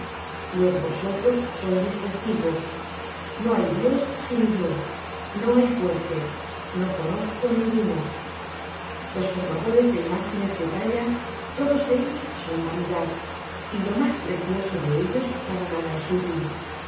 luego vosotros sois mis testigos no hay dios sino yo no hay fuerte no conozco ninguno los formadores de imágenes de talla todos ellos son vanidad y lo más precioso de ellos para nada es útil